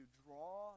draw